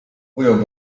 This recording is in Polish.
ujął